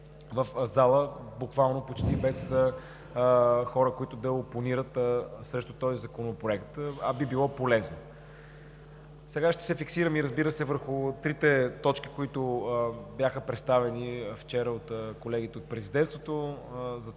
в залата буквално без хора, които да опонират срещу Законопроекта, а би било полезно. Сега ще се фокусирам, разбира се, върху трите точки, които бяха представени вчера от колегите от Президентството,